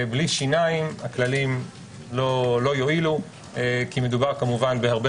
בלי שיניים הכללים לא יועילו כי מדובר בהרבה